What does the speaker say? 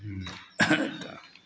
तऽ